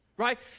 right